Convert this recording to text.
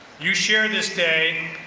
you share this day,